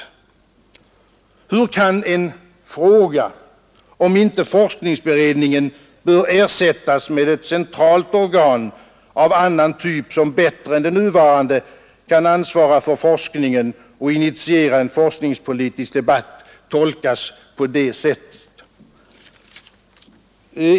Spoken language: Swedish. Hur kan en fråga, om inte forskningsberedningen bör ersättas med ett centralt organ av annan typ som bättre än det nuvarande kan ansvara för forskningen och initiera en forskningspolitisk debatt, tolkas på det sättet?